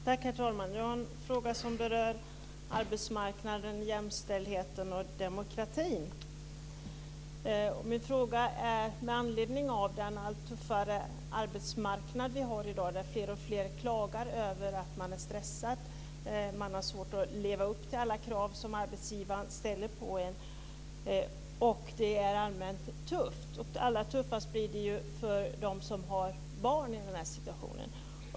Herr talman! Jag har en fråga som berör arbetsmarknaden, jämställdheten och demokratin. Min fråga är med anledning av den allt tuffare arbetsmarknaden vi har i dag, där fler och fler klagar över att de är stressade, har svårt att leva upp till alla krav som arbetsgivaren ställer på dem och att det är allmänt tufft. Allra tuffast blir det för dem som har barn i den situationen.